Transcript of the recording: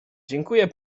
dziękuję